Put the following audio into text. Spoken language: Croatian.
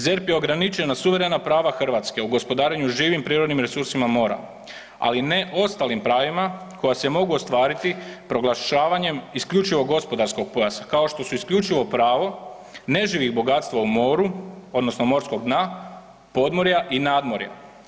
ZERP je ograničen na suverena prava Hrvatske u gospodarenju živim prirodnim resursima mora, ali ne ostalim pravima koja se mogu ostvariti proglašavanjem isključivog gospodarskog pojasa kao što su isključivo pravo neživih bogatstva u moru odnosno morskog dna, podmorja i nadmorja.